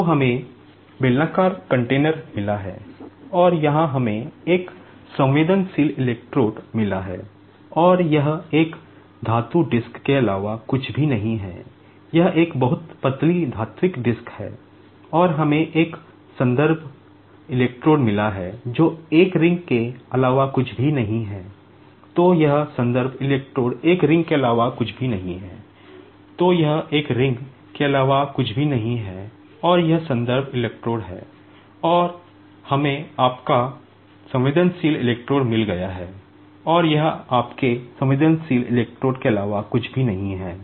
तो हमें बेलनाकार कंटेनर मिला है और यहां हमें एक सेंसेटिव इलेक्ट्रोड के अलावा कुछ नहीं है